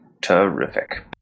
terrific